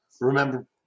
remember